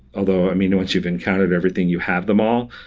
although, i mean, once you've encountered everything, you have them all,